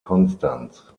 konstanz